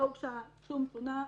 לא הוגשה שום תלונה,